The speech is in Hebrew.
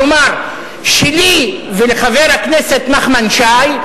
כלומר שלי ולחבר הכנסת נחמן שי,